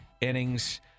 innings